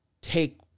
take